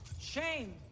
Shame